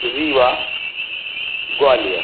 Rewa Gwalior